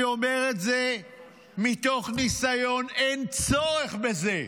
אני אומר את זה מתוך ניסיון, אין צורך בזה.